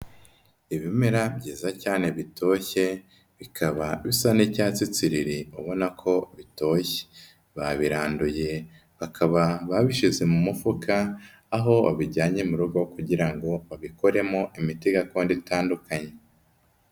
Ibimera byiza cyane bitoshye, bikaba bisa n'icya tsisiriri ubona ko bitoshye. Babiranduye bakaba babishyize mu mufuka, aho babijyanye mu rugo kugira ngo babikoremo imiti gakondo itandukanye.